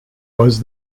was